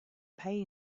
pay